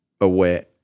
aware